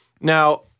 Now